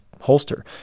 holster